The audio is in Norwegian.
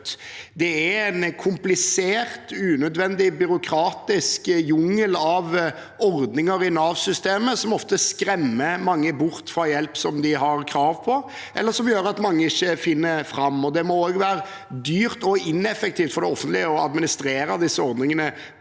Det er en komplisert og unødvendig byråkratisk jungel av ordninger i Nav-systemet, som ofte skremmer mange bort fra hjelp som de har krav på, eller som gjør at mange ikke finner fram. Det må jo også være dyrt og ineffektivt for det offentlige å administrere disse ordningene